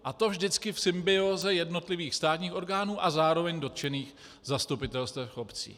A to vždycky v symbióze jednotlivých státních orgánů a zároveň dotčených zastupitelstev obcí.